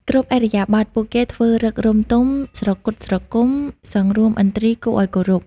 គ្រប់ឥរិយាបថ ពួកខ្លះធ្វើឫករម្យទម ស្រគត់ស្រគំ សង្រួមឥន្ទ្រីយ៍គួរឲ្យគោរព ។